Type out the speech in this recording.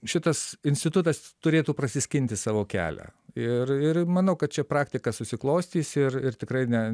šitas institutas turėtų prasiskinti savo kelią ir ir manau kad ši praktika susiklostys ir ir tikrai ne